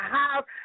house